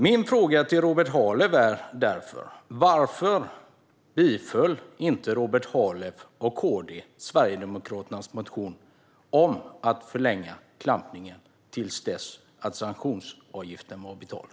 Min fråga till Robert Halef är därför: Varför ställde sig inte Robert Halef och KD bakom Sverigedemokraternas motion om att förlänga klampningen till dess att sanktionsavgiften är betald?